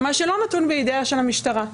מה שלא נתון בידיה של המשטרה.